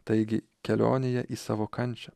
taigi kelionėje į savo kančią